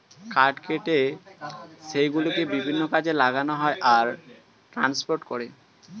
কাঠ কেটে সেই গুলোকে বিভিন্ন কাজে লাগানো হয় আর ট্রান্সপোর্ট করে